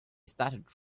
started